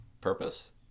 purpose